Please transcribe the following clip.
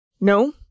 No